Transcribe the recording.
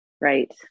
Right